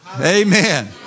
Amen